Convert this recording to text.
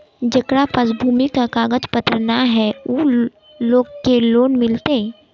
जेकरा पास भूमि का कागज पत्र न है वो लोग के लोन मिलते?